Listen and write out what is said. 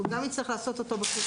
הוא גם יצטרך לעשות את זה בחו"ל.